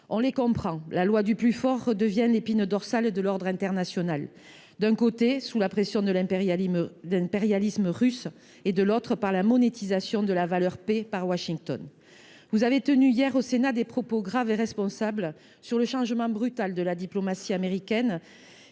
On les comprend. La loi du plus fort redevient l’épine dorsale de l’ordre international, d’un côté, sous la pression de l’impérialisme russe, de l’autre, par la monétisation de la valeur paix par Washington. Monsieur le Premier ministre, vous avez tenu hier au Sénat des propos graves et responsables sur le changement brutal de la diplomatique américaine